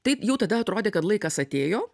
tai jau tada atrodė kad laikas atėjo